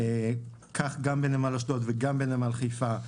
כך גם בנמל אשדוד וגם בנמל חיפה,